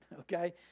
okay